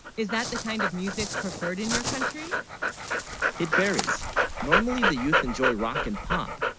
is that the kind of music preferred in your country it varies normally the youth enjoy rock and pop,